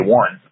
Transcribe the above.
one